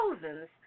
thousands